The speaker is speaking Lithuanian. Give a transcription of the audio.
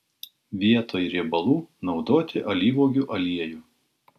vietoj riebalų naudoti alyvuogių aliejų